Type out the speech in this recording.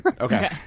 okay